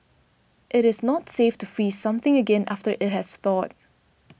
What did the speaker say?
it is not safe to freeze something again after it has thawed